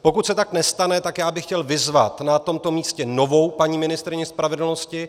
Pokud se tak nestane, tak já bych chtěl vyzvat na tomto místě novou paní ministryni spravedlnosti.